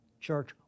church